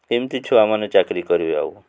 କେମିତି ଛୁଆମାନେ ଚାକିରି କରିବେ ଆଉ